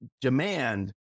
demand